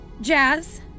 Jazz